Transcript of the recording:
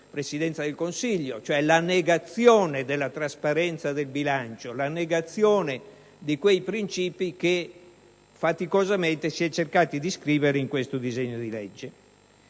Presidenza del Consiglio, che rappresenta la negazione della trasparenza del bilancio e la negazione di quei principi che faticosamente si è cercato di scrivere in questo disegno di legge.